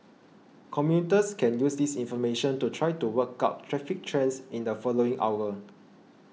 commuters can use this information to try to work out traffic trends in the following hour